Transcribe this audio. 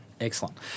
Excellent